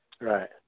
Right